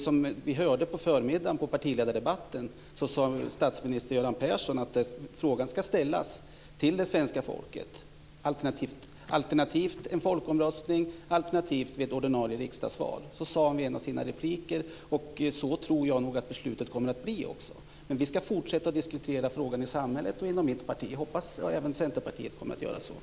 Som vi hörde i partiledardebatten på förmiddagen, sade statsminister Göran Persson att frågan ska ställas till det svenska folket, genom en folkomröstning alternativt vid ordinarie riksdagsval. Det sade han i en av sina repliker, och jag tror att beslutet kommer att bli så. Men vi ska fortsätta att diskutera frågan i samhället och inom mitt parti. Jag hoppas att även Centerpartiet kommer att göra det.